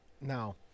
Now